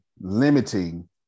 limiting